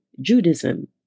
Judaism